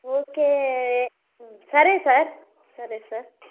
okay సరే sir సరే sir